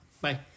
Bye